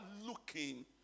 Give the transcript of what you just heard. looking